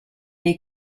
dei